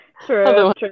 true